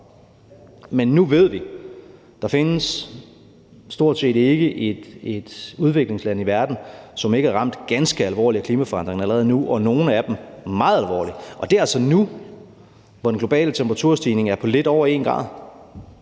men nu ved vi, at der stort set ikke findes et udviklingsland i verden, som ikke er ramt ganske alvorligt af klimaforandringerne allerede nu, og nogle af dem meget alvorligt, og det er altså nu, hvor den globale temperaturstigning er på lidt over 1 grad.